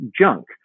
junk